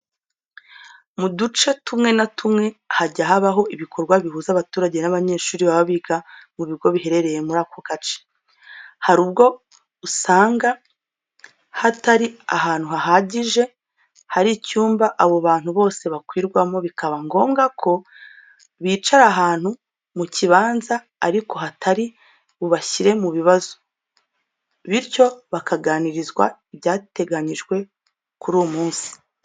Mu duce tumwe na tumwe hajya habaho ibikorwa bihuza abaturage n'abanyeshuri baba biga mu bigo biherereye muri ako gace, hari ubwo usanga hatari ahantu hahagije, hari icyumba abo bantu bose bakwirwamo bikaba ngombwa ko bicara ahantu mu kibanza ariko hatari bubashyire mu bibazo bityo bakaganirizwa ibyateganyijwe kuri uwo munsi.